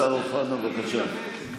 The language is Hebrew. השר אוחנה, בבקשה.